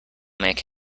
make